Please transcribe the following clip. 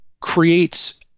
creates